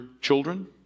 children